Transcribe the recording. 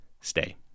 stay